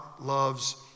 loves